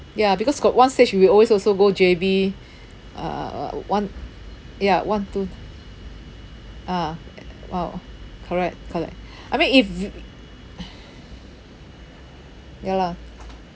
ya because got one stage we will always also go J_B uh one ya one two ah !wow! correct correct I mean if ya lah